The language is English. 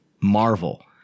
Marvel